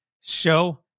show